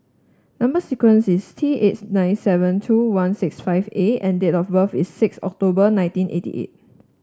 number sequence is T eight nine seven two one six five A and date of birth is six October nineteen eighty eight